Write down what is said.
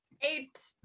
eight